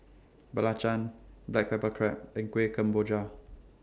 Belacan Black Pepper Crab and Kueh Kemboja